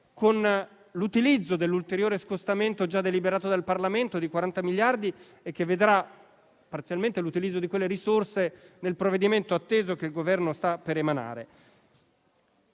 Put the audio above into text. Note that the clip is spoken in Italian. con l'utilizzo dell'ulteriore scostamento già deliberato dal Parlamento di 40 miliardi, che vedrà l'impiego parziale di quelle risorse nel provvedimento atteso che il Governo sta per varare.